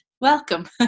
Welcome